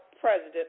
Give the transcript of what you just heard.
president